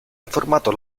informato